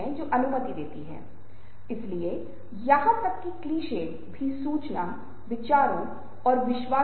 Nobel का मानना है कि संचार का प्राथमिक उद्देश्य सूचना और ईमानदार राय का आदान प्रदान है